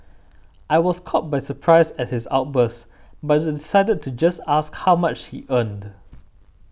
I was caught by surprise at his outburst but decided to just ask how much he earned